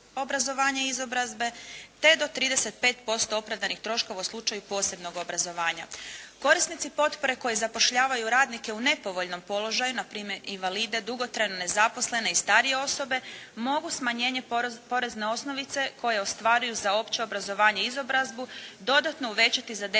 obrazovanja i izobrazbe te do 35% opravdanih troškova u slučaju posebnog obrazovanja. Korisnici potpore koje zapošljavaju radnike u nepovoljnom položaju npr. invalide, dugotrajno nezaposlene i starije osobe mogu smanjenje porezne osnovice koje ostvaruju za opće obrazovanje i izobrazbu dodatno uvećati za 10%-tnih